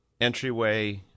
entryway